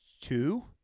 two